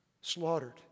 slaughtered